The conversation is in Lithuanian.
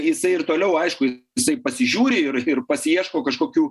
jisai ir toliau aišku jisai pasižiūri ir ir pasiieško kažkokių